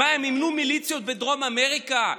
מה, הם מימנו מיליציות בדרום אמריקה?